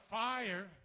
fire